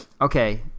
okay